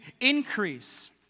increase